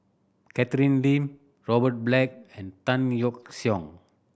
Catherine Lim Robert Black and Tan Yeok Seong